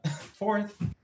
Fourth